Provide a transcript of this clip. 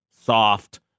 soft